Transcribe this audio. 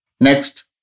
Next